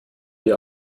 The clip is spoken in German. die